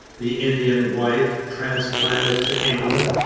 the indian wife, transplanted to england,